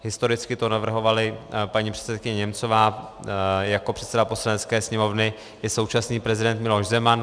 Historicky to navrhovala paní předsedkyně Němcová, jako předseda Poslanecké sněmovny i současný prezident Miloš Zeman.